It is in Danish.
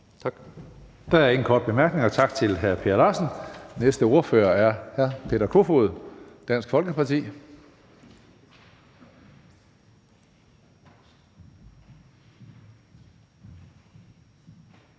Der er ingen korte bemærkninger. Tak til hr. Per Larsen. Den næste ordfører er hr. Peter Kofod, Dansk Folkeparti.